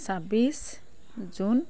ছাব্বিছ জুন